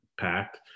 packed